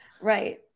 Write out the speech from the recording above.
right